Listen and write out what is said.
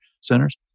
centers